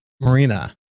Marina